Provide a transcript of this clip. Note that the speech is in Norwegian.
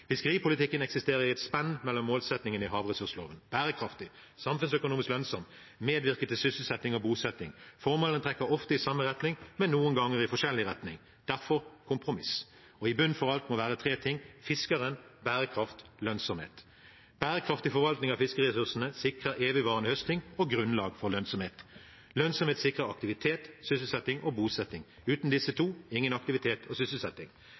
Fiskeripolitikken eksisterer i et spenn mellom målsettingene i havressursloven – bærekraftig, samfunnsøkonomisk lønnsom, medvirke til sysselsetting og bosetting. Formålene trekker ofte i samme retning, men noen ganger i forskjellig retning – derfor kompromiss – og i bunnen for alt må det være tre ting: fiskeren, bærekraft, lønnsomhet. Bærekraftig forvaltning av fiskeriressursene sikrer evigvarende høsting og grunnlag for lønnsomhet. Lønnsomhet sikrer aktivitet, sysselsetting og bosetting. Uten disse to – ingen aktivitet og sysselsetting.